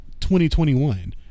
2021